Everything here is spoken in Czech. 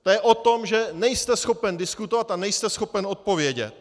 To je o tom, že nejste schopen diskutovat a nejste schopen odpovědět.